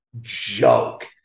joke